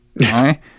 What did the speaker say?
right